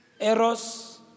eros